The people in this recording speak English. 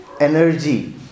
energy